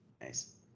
Nice